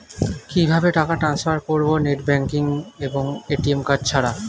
কিভাবে টাকা টান্সফার করব নেট ব্যাংকিং এবং এ.টি.এম কার্ড ছাড়া?